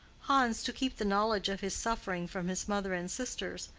hans, to keep the knowledge of his suffering from his mother and sisters,